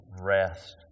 rest